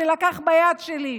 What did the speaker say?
ולקח אותי ביד שלי.